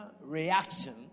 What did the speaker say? reaction